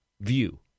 view